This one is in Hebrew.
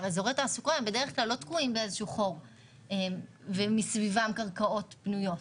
כלומר אזורי תעסוקה הם בדרך כלל לא תקועים בחור ומסביבם קרקעות פנויות.